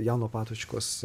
jano patočkos